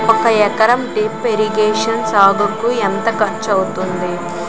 ఒక ఎకరానికి drip irrigation సాగుకు ఎంత ఖర్చు అవుతుంది?